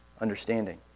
understanding